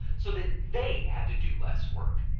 so that they had to do less work.